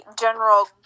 general